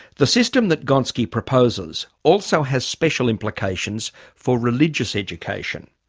the system that gonski proposes also has special implications for religious education.